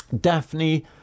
Daphne